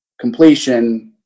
completion